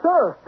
Sir